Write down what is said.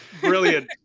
brilliant